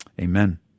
amen